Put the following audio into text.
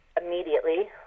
immediately